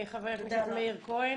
חבר הכנסת מאיר כהן.